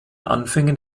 anfängen